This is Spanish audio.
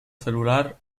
celular